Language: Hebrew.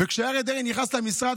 וכשאריה דרעי נכנס למשרד,